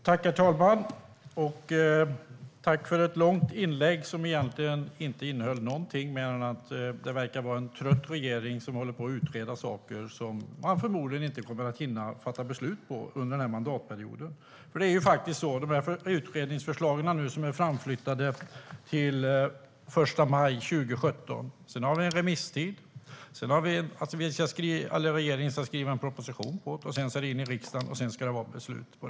Herr talman! Tack för ett långt anförande som egentligen inte innehöll någonting mer än att det verkar vara en trött regering som håller på att utreda saker som man förmodligen inte kommer att hinna fatta beslut om under den här mandatperioden. Utredningsförslagen är nu framflyttade till den 1 maj 2017. Sedan är det remisstid och regeringen ska skriva en proposition som riksdagen ska fatta beslut om.